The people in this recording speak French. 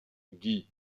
guy